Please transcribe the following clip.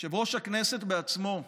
יושב-ראש הכנסת בעצמו,